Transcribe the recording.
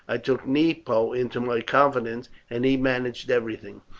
i took nepo into my confidence, and he managed everything.